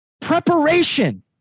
preparation